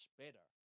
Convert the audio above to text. better